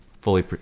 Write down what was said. fully